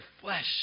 flesh